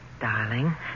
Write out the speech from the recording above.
Darling